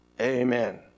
Amen